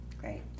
great